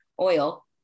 oil